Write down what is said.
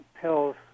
pills